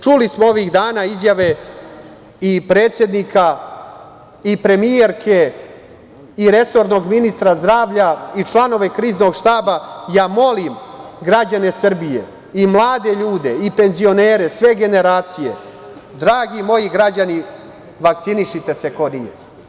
Čuli smo ovih dana izjave predsednika, premijerke, resornog ministra zdravlja i članove Kriznog štaba, ja molim građane Srbije i mlade ljude i penzionere, sve generacije, dragi moji građani vakcinišite se ko nije.